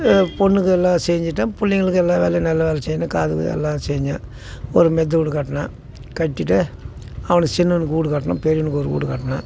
என் பொண்ணுக்கு எல்லாம் செஞ்சுட்டேன் பிள்ளைங்களுக்கும் எல்லாம் வேலையும் நல்ல வேலை செய்யணும் காதுக்கு எல்லாம் செஞ்சேன் ஒரு மெத்தை வீடு கட்டினேன் கட்டிட்டு அவனுக்கு சின்னவனுக்கு வீடு கட்டினேன் பெரியவனுக்கு ஒரு வீடு கட்டினேன்